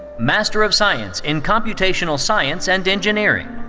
master of science in computational science and engineering,